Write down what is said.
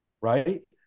right